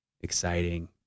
exciting